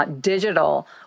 digital